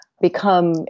become